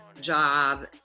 job